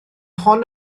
hon